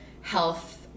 health